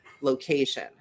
location